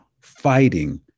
fighting